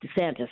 DeSantis